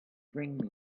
bring